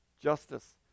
justice